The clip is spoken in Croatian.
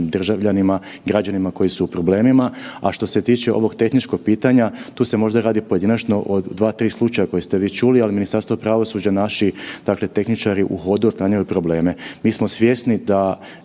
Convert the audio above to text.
državljanima, građanima koji su u problemima. A što se tiče ovog tehničkog pitanja, tu se možda radi pojedinačno o dva, tri slučaja koje ste vi čuli, ali Ministarstvo pravosuđa dakle naši tehničari u hodu otklanjaju probleme. Mi smo svjesni da